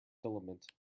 filament